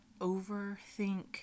overthink